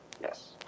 yes